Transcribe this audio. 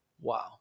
Wow